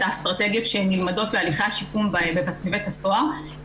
האסטרטגיות שנלמדות בהליכי השיקום בבית הסוהר,